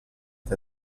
est